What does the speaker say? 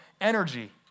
energy